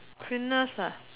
fitness ah